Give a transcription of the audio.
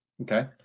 Okay